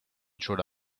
through